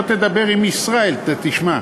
אם לא תדבר עם ישראל אתה תשמע.